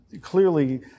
clearly